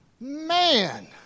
Man